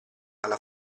alla